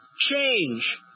change